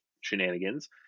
shenanigans